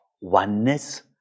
oneness